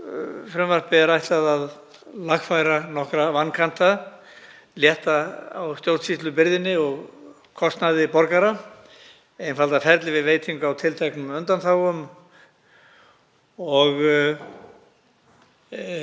Frumvarpinu er ætlað að lagfæra nokkra vankanta, létta á stjórnsýslubyrði og kostnaði borgara, einfalda ferlið við veitingu á tilteknum undanþágum og